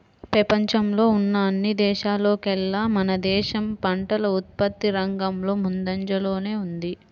పెపంచంలో ఉన్న అన్ని దేశాల్లోకేల్లా మన దేశం పంటల ఉత్పత్తి రంగంలో ముందంజలోనే ఉంది